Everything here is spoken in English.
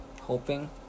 hoping